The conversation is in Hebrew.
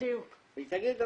והיא תגיד,